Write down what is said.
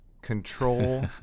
control